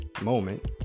moment